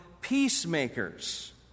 peacemakers